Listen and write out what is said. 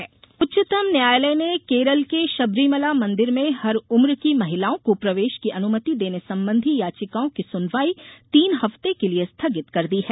स्को शबरीमला उच्चतम न्यायालय ने केरल के शबरीमला मंदिर में हर उम्र की महिलाओं को प्रवेश की अनुमति देने संबंधी याचिकाओं की सुनवाई तीन हफ्ते के लिए स्थगित कर दी है